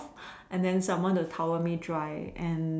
and then someone to towel me dry and